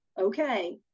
Okay